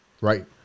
Right